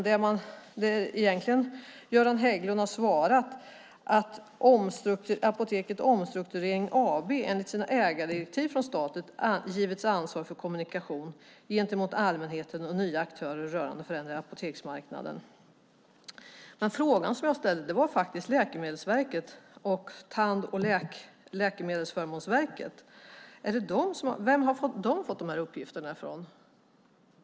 Det Göran Hägglund har sagt är att "Apoteket Omstrukturering AB enligt sina ägardirektiv från staten givits ansvaret för kommunikation gentemot allmänheten och nya aktörer rörande den förändrade apoteksmarknaden". Den fråga jag ställde var varifrån Läkemedelsverket och Tandvårds och läkemedelsförmånsverket fått dessa uppgifter.